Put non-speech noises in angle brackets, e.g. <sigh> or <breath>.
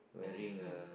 mmhmm <breath>